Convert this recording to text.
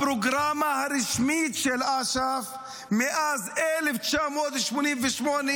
הפרוגרמה הרשמית של אש"ף מאז 1988,